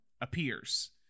appears